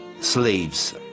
slaves